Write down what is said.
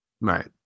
Right